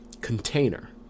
container